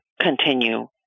continue